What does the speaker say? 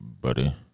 buddy